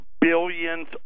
billions